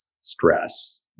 stress